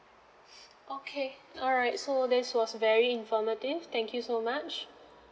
okay alright so that's was very informative thank you so much